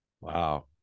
Wow